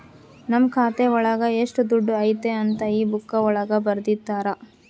ನಮ್ ಖಾತೆ ಒಳಗ ಎಷ್ಟ್ ದುಡ್ಡು ಐತಿ ಅಂತ ಈ ಬುಕ್ಕಾ ಒಳಗ ಬರ್ದಿರ್ತರ